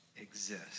exist